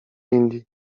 indii